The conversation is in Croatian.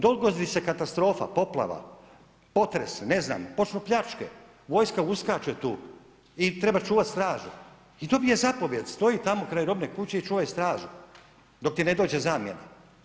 Dogodi se katastrofa, poplava, potres, ne znam počnu pljačke, vojska uskače tu i treba čuvati stražu i dobije zapovijed, stoji tamo pored robne kuće i čuvaj stražu dok ti ne dođe zamjena.